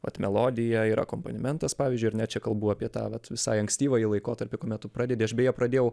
vat melodija ir akompanimentas pavyzdžiui ar ne čia kalbu apie tą vat visai ankstyvąjį laikotarpį kuomet tu pradedi aš beje pradėjau